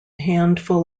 handful